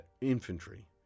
infantry